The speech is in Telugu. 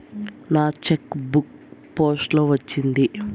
నా చెక్ బుక్ పోస్ట్ లో వచ్చింది